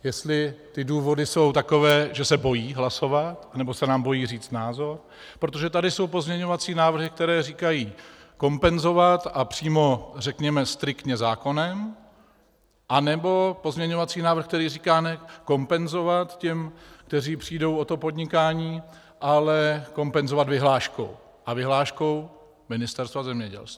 Jestli ty důvody jsou takové, že se bojí hlasovat nebo se nám bojí říct názor, protože tady jsou pozměňovací návrhy, které říkají: kompenzovat a přímo striktně zákonem, nebo pozměňovací návrh, který říká: ne kompenzovat těm, kteří přijdou o to podnikání, ale kompenzovat vyhláškou, a vyhláškou Ministerstva zemědělství.